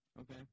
okay